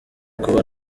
kuba